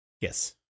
Yes